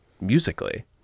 musically